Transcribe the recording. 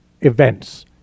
events